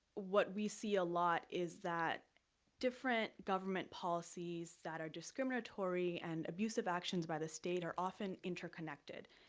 what we see a lot is that different government policies that are discriminatory and abusive actions by the state are often interconnected,